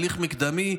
הליך מקדמי,